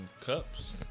cups